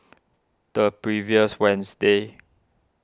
the previous Wednesday